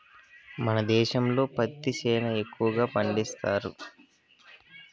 మన దేశంలో పత్తి సేనా ఎక్కువగా పండిస్తండారు